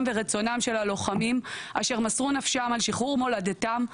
ורצונם של הלוחמים אשר מסרו נפשם על שחרור מולדתם,